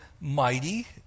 mighty